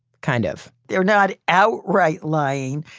kind of. they're not outright lying,